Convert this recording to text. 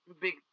big